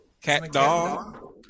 Cat-Dog